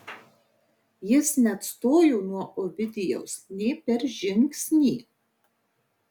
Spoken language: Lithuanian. jis neatstojo nuo ovidijaus nė per žingsnį